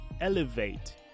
elevate